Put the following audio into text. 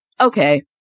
okay